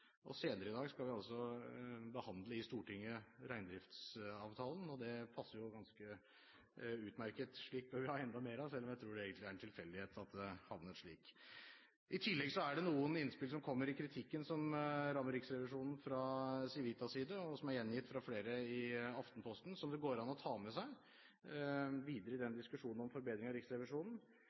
og senere i dag skal vi behandle reindriftsavtalen i Stortinget. Det passer jo ganske utmerket. Slikt bør vi ha enda mer av, selv om jeg egentlig tror det er en tilfeldighet at det havnet slik. I tillegg er det noen innspill om kritikken fra Civitas side som rammer Riksrevisjonen, som er gjengitt av flere i Aftenposten, og som det går an å ta med seg videre i diskusjonen om forbedring av Riksrevisjonen.